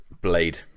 Blade